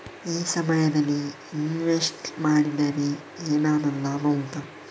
ಈ ಸಮಯದಲ್ಲಿ ಇನ್ವೆಸ್ಟ್ ಮಾಡಿದರೆ ಏನಾದರೂ ಲಾಭ ಉಂಟಾ